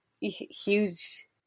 huge